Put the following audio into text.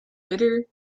bitter